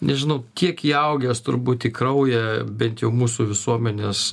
nežinau kiek įaugęs turbūt į kraują bent jau mūsų visuomenės